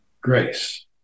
grace